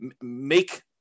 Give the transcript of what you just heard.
make